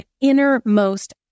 innermost